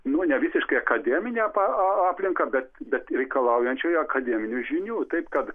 nu ne visiškai akademinę tą a aplinką bet bet reikalaujančią akademinių žinių taip kad